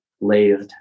lathed